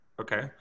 Okay